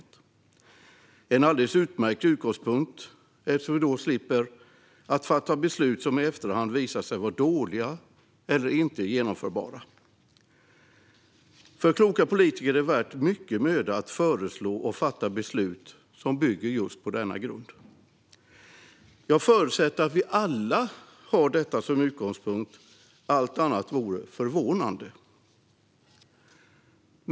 Det är en alldeles utmärkt utgångspunkt eftersom vi då slipper fatta beslut som i efterhand visar sig vara dåliga eller inte genomförbara. För kloka politiker är det värt mycken möda att föreslå och fatta beslut som bygger på just denna grund. Jag förutsätter att vi alla har detta som utgångspunkt - allt annat vore förvånande.